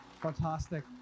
Fantastic